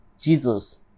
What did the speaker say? jesus